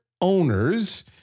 owners